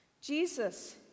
Jesus